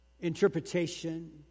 interpretation